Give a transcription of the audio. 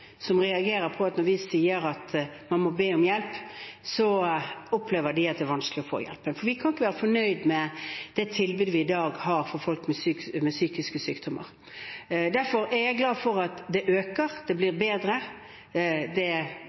som reagerer på at når vi sier at man må be om hjelp, så opplever de at det er vanskelig å få hjelp. Vi kan ikke være fornøyd med det tilbudet vi i dag har for folk med psykiske sykdommer. Derfor er jeg glad for at det øker – det blir bedre, ventetiden går ned for å få behandling, det bygges opp i primærhelsetjenesten. Det